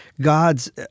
God's